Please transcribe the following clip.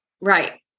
Right